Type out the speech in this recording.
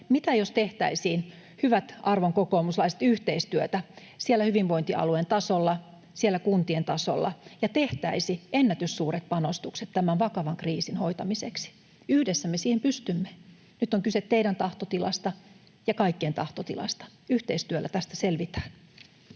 Mitä jos tehtäisiin, hyvät arvon kokoomuslaiset, yhteistyötä siellä hyvinvointialueiden tasolla ja siellä kuntien tasolla ja tehtäisiin ennätyssuuret panostukset tämän vakavan kriisin hoitamiseksi? Yhdessä me siihen pystymme. Nyt on kyse teidän tahtotilastanne ja kaikkien tahtotilasta. Yhteistyöllä tästä selvitään.